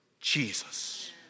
Jesus